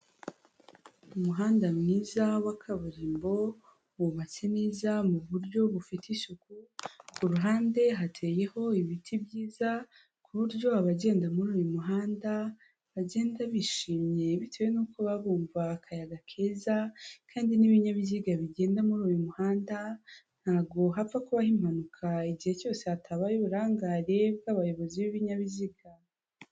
Umuhanda mwiza wa kaburimbo wubatse neza mu buryo bufite isuku kuruhande hateyeho ibiti byiza ku buryo abagenda muruyu muhanda bagenda bishimye bitewe n'uko bababumva akayaga keza kandi n'ibinyabiziga bigenda muruyu muhanda ntabwo hapfa kubaho impanuka igihe cyose hatabaye uburangare bw'abayobozi b'ibinyabiziga.